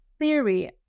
theory